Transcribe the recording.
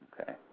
Okay